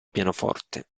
pianoforte